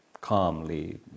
calmly